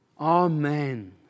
Amen